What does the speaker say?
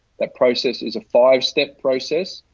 that process is a five step process.